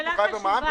הוא חייב במע"מ,